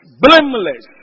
blameless